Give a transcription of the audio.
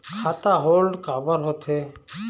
खाता होल्ड काबर होथे?